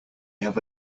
have